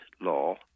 law